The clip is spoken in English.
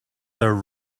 their